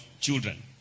children